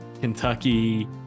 Kentucky